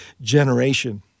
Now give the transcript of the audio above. generation